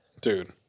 dude